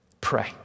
Pray